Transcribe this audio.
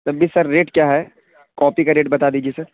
تب بھی sir rate کیا ہے کاپی کا ریٹ بتا دیجیے سر